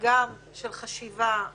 וגם של חשיבה לעתיד,